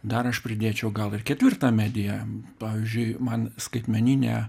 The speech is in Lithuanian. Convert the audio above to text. dar aš pridėčiau gal ir ketvirtą mediją pavyzdžiui man skaitmeninė